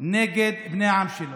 נגד בני העם שלו?